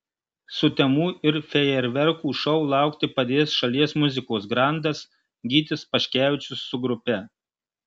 sutemų ir fejerverkų šou laukti padės šalies muzikos grandas gytis paškevičius su grupe